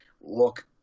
look